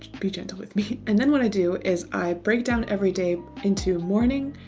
be gentle with me. and then what i do is i break down every day into morning,